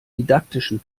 didaktischen